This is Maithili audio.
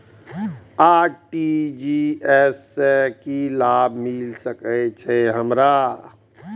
आर.टी.जी.एस से की लाभ मिल सके छे हमरो?